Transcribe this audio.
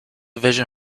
vision